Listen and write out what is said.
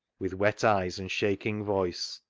with wet eyes and shaking voice,